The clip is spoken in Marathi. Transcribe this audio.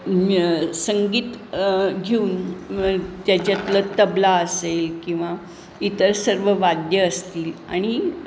संगीत घेऊन त्याच्यातलं तबला असेल किंवा इतर सर्व वाद्य असतील आणि